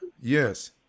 Yes